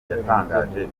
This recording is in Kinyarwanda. yatangaje